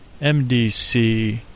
MDC